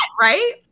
right